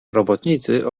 robotnicy